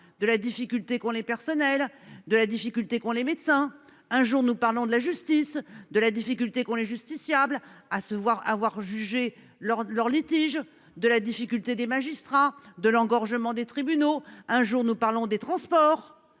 de la difficulté qu'ont les personnels de la difficulté qu'ont les médecins un jour nous parlons de la justice, de la difficulté qu'ont les justiciables à se voir avoir jugé leur leur litige de la difficulté des magistrats de l'engorgement des tribunaux. Un jour, nous parlons des transports